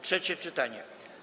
Trzecie czytanie.